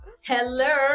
hello